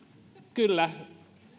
kyllä